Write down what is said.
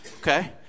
okay